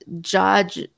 judge